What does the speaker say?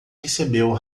recebeu